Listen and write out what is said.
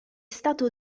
stato